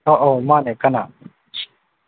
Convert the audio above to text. ꯑꯧ ꯑꯧ ꯃꯥꯅꯦ ꯀꯅꯥ